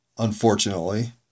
Unfortunately